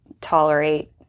tolerate